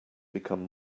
become